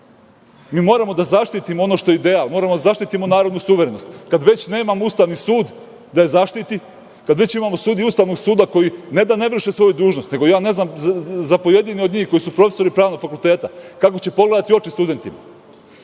moramo da zaštitimo ono što je ideal, moramo da zaštitimo narodnu suverenost, kad već nemamo Ustavni sud da ih zaštiti, kad već imamo sudije Ustavnog suda koji, ne da ne vrše svoju dužnost, nego ja ne znam za pojedine od njih koji su profesori Pravnog fakulteta kako će pogledati u oči studentima.